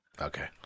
Okay